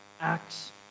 acts